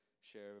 share